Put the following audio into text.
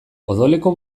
odoleko